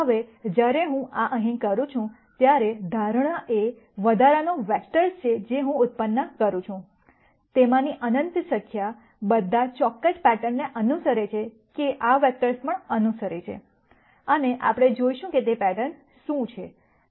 હવે જ્યારે હું આ અહીં કરું છું ત્યારે ધારણા એ વધારાના વેક્ટર્સ છે જે હું ઉત્પન્ન કરું છું તેમાંની અનંત સંખ્યા બધા ચોક્કસ પેટર્નને અનુસરે છે કે આ વેક્ટર્સ પણ અનુસરે છે અને આપણે જોશું કે તે પેટર્ન શું છે